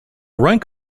rank